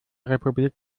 republik